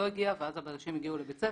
לא הגיע ואז הבלשים הגיעו לבית ספר.